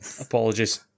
apologies